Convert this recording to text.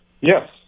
Yes